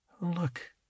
Look